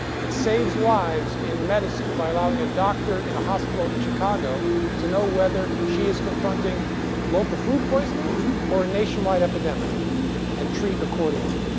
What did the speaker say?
it saves lives in medicine by allowing a doctor in a hospital in chicago to know whether she is confronting local food poisoning or a nationwide epidemic and treat accordingly.